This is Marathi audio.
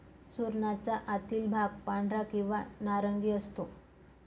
सुरणाचा आतील भाग पांढरा किंवा नारंगी असतो